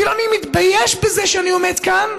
אני אפילו מתבייש בזה שאני עומד כאן,